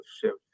shift